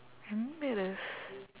embarrass